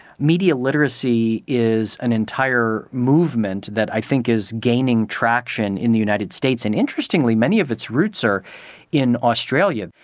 media literacy is an entire movement that i think is gaining traction in the united states. and interestingly many of its roots are in australia.